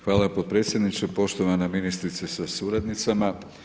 Hvala potpredsjedniče, poštovana ministrice sa suradnicama.